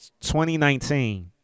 2019